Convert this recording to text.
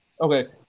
Okay